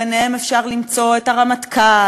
ביניהם אפשר למצוא את הרמטכ"ל,